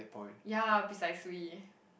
yeah precisely